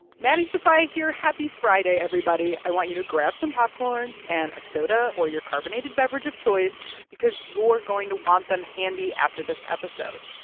maddie sofia here. happy friday, everybody. i want you to grab some popcorn and a soda or your carbonated beverage of choice because you're going to want them handy after this episode.